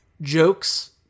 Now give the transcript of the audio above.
jokes